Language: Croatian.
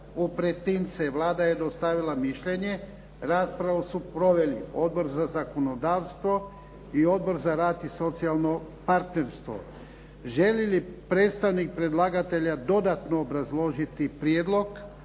u pretince. Vlada je dostavila mišljenje. Raspravu su proveli Odbor za zakonodavstvo i Odbor za rad i socijalno partnerstvo. Želi li predstavnik predlagatelja dodatno obrazložiti prijedlog?